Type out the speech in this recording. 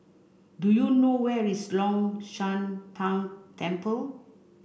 do you know where is Long Shan Tang Temple